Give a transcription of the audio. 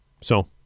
So-